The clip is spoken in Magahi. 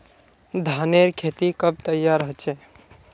धानेर खेती कब तैयार होचे?